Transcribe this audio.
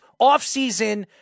offseason